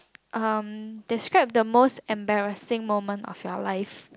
um describe the most embarrassing moment of your life